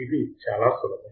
ఇది చాలా సులభం